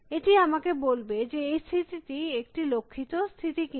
এটি আমাকে বলবে যে এই স্থিতিটি একটি লক্ষিত স্থিতি কী না